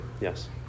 Yes